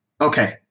okay